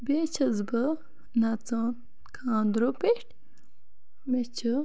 بیٚیہِ چھَس بہٕ نَژان خاندرو پیٚٹھ مےٚ چھُ